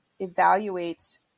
evaluates